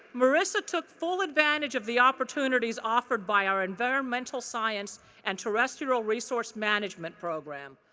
marisa took full advantage of the opportunities offered by our environmental science and terrestrial resource management program.